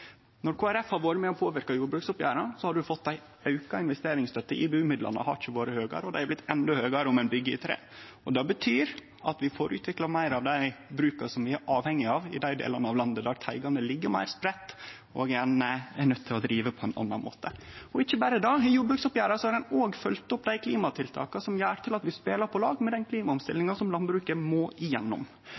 Når Kristeleg Folkeparti har vore med og påverka jordbruksoppgjera, har ein fått ei auka investeringsstøtte. IBU-midlane har ikkje vore høgare, og dei har blitt endå høgare om ein byggjer i tre. Det betyr at vi får utvikla fleire av dei bruka vi er avhengige av, i dei delane av landet der teigane ligg meir spreidde, og ein er nøydd til å drive på ein annan måte. Ikkje berre det – i jordbruksoppgjera har ein òg følgt opp dei klimatiltaka som gjer at vi spelar på lag med den klimaomstillinga landbruket må